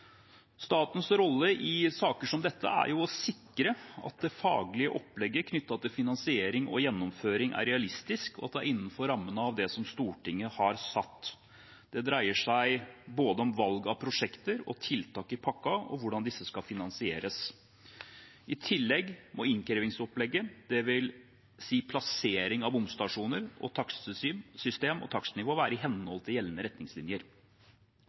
Statens rolle i saker som dette er å sikre at det faglige opplegget knyttet til finansiering og gjennomføring er realistisk, og at det er innenfor rammene av det som Stortinget har satt. Det dreier seg både om valg av prosjekter og tiltak i pakken og hvordan disse skal finansieres. I tillegg må innkrevingsopplegget, dvs. plassering av bomstasjoner, takstsystem og takstnivå, være i henhold til gjeldende retningslinjer.